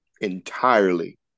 entirely